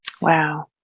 wow